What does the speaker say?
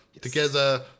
Together